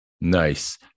Nice